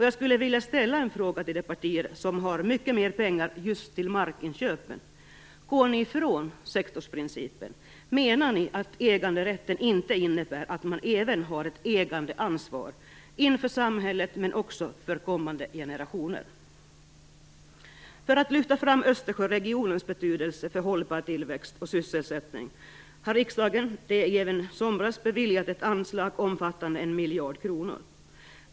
Jag skulle vilja ställa en fråga till de partier som har mycket mer pengar just till markinköpen. Går ni ifrån sektorsprincipen? Menar ni att äganderätten inte innebär att man även har ett ägandeansvar inför samhället men också för kommande generationer? För att lyfta fram Östersjöregionens betydelse för hållbar tillväxt och sysselsättning beviljade riksdagen i somras ett anslag omfattande 1 miljard kronor.